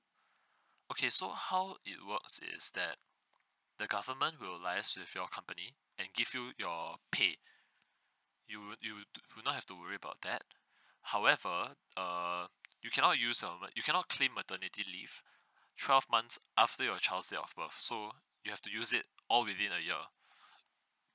okay so how it works is that the government will liaise with your company and give you your paid you would you do not have to worry about that however err you cannot use your you cannot claim maternity leave twelve months after your child's date of birth so you have to use it all within a year